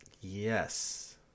yes